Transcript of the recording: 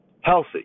healthy